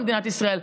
במדינת ישראל.